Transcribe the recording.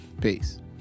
Peace